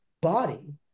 body